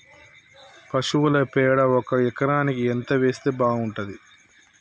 పశువుల పేడ ఒక ఎకరానికి ఎంత వేస్తే బాగుంటది?